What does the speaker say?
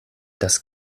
das